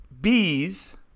Bees